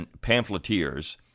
pamphleteers